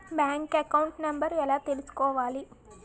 Bank account number ఎలా తీసుకోవాలి?